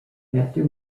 after